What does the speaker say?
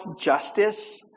justice